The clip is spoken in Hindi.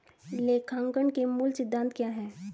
लेखांकन के मूल सिद्धांत क्या हैं?